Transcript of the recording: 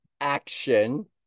action